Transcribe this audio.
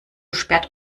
sperrt